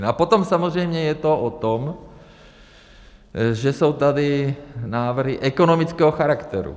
A potom samozřejmě je to o tom, že jsou tady návrhy ekonomického charakteru.